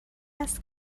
است